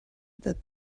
that